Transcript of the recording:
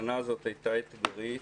השנה הזאת הייתה אתגרית